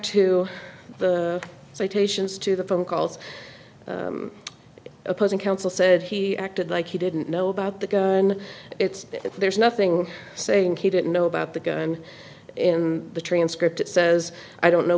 take to the phone calls opposing counsel said he acted like he didn't know about the gun it's there's nothing saying he didn't know about the gun in the transcript it says i don't know